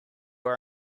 are